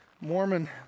Mormon